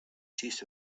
chiefs